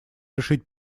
решить